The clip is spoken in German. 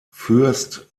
fürst